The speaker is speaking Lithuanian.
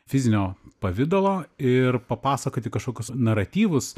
fizinio pavidalo ir papasakoti kažkokius naratyvus